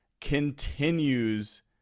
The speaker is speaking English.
continues